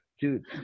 Dude